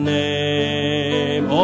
name